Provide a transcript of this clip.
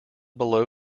below